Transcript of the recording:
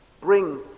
bring